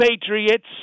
patriots